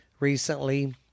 Recently